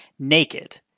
naked